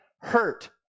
hurt